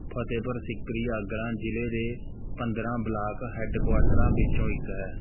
ਫਤਿਹਪੁਰ ਸੀਕਰੀ ਆਗਰਾ ਜ਼ਿਲ੍ਹੇ ਦੇ ਪੰਦਰਾਂ ਬਲਾਕ ਹੈੱਡਕੁਆਟਰਾਂ ਵਿੱਚੋਂ ਇੱਕ ਹੈ